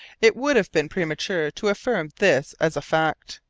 it would have been premature to affirm this as a fact.